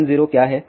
10 क्या है